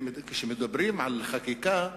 כשמדברים על חקיקה,